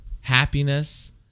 happiness